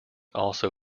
also